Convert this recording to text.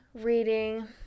reading